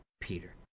Peter